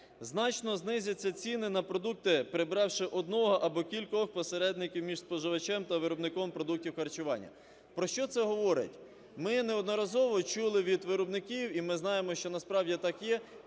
Значно знизяться ціни на продукти, прибравши одного або кількох посередників між споживачем та виробником продуктів харчування. Про що це говорить? Ми неодноразово чули від виробників, і ми знаємо, що насправді так є: